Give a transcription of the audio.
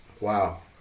Wow